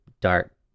dark